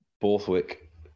Borthwick